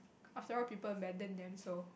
after all people abandon them so